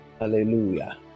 hallelujah